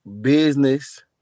business